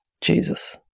Jesus